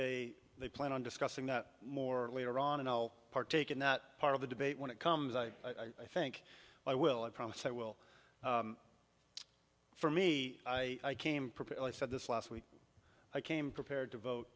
they they plan on discussing that more later on and i'll partake in that part of the debate when it comes i think i will i promise i will for me i came said this last week i came prepared to vote